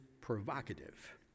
provocative